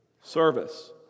service